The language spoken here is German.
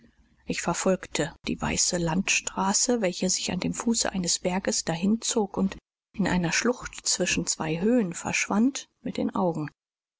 ich verfolgte die weiße landstraße welche sich an dem fuße eines berges dahin zog und in einer schlucht zwischen zwei höhen verschwand mit den augen